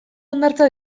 hondartza